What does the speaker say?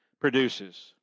produces